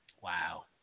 Wow